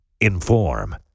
Inform